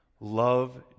love